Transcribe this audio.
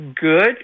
good